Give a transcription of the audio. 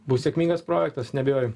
bus sėkmingas projektas neabejoju